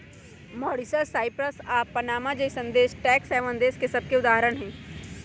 Mauritius, Cyprus आऽ Panama जइसन्न देश टैक्स हैवन देश सभके उदाहरण हइ